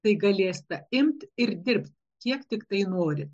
tai galėsite imt ir dirbt kiek tiktai norit